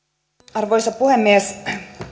arvoisa puhemies